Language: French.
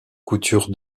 couture